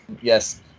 Yes